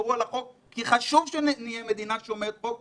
תשמרו על החוק כי חשוב שנהיה מדינה שומרת חוק,